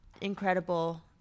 incredible